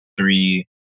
three